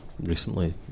recently